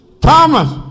Thomas